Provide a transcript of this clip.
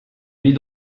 vit